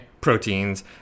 proteins